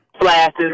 Flashes